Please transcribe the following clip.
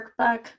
workbook